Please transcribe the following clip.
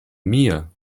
mia